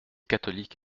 catholiques